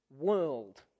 world